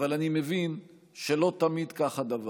אבל אני מבין שלא תמיד כך הדבר.